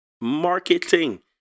Marketing